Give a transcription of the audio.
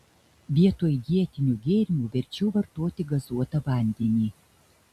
vietoj dietinių gėrimų verčiau vartoti gazuotą vandenį